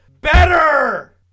Better